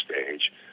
stage